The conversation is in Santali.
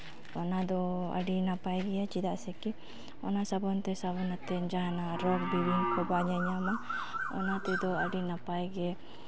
ᱚᱱᱟ ᱫᱚ ᱟᱹᱰᱤ ᱱᱟᱯᱟᱭ ᱜᱮᱭᱟ ᱪᱮᱫᱟᱜ ᱥᱮ ᱠᱤ ᱚᱱᱟ ᱥᱟᱵᱚᱱ ᱛᱮ ᱥᱟᱵᱚᱱ ᱠᱟᱛᱮᱫ ᱡᱟᱦᱟᱱᱟᱜ ᱨᱳᱜᱽ ᱵᱤᱜᱷᱤᱱ ᱠᱚ ᱵᱟᱝ ᱧᱟᱧᱟᱢᱟ ᱚᱱᱟ ᱛᱮᱫᱚ ᱟᱹᱰᱤ ᱱᱟᱯᱟᱭ ᱜᱮ